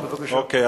אוקיי.